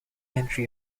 entry